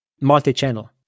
multi-channel